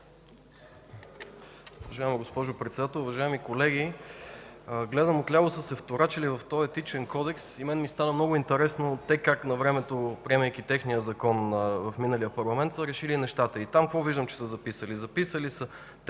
Председател, уважаеми колеги! Гледам – отляво са се вторачили в този Етичен кодекс и на мен ми стана много интересно как те на времето, приемайки техния закон в миналия парламент, са решили нещата. И какво виждам, че са записали там? Записали са